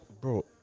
bro